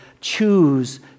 choose